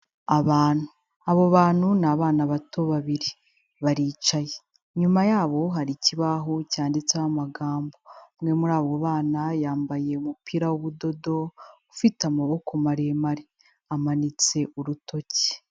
Abantu, abo bantu ni abana bato babiri, baricaye, inyuma yabo hari ikibaho cyanditseho amagambo, umwe muri abo bana yambaye umupira w'ubudodo, ufite amaboko maremare, amanitse urutoki.